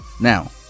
Now